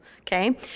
okay